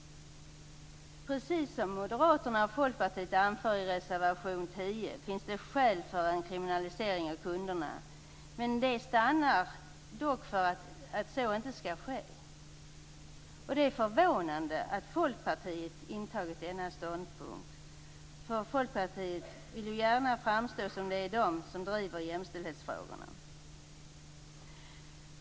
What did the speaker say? Precis som Folkpartiet och Moderaterna anför i reservation nr 10 finns det skäl för en kriminalisering av kunderna, men man stannar dock för att så inte skall ske. Det är förvånande att Folkpartiet har intagit denna ståndpunkt. Folkpartisterna vill ju gärna framstå som att det är de som driver jämställdhetsfrågorna.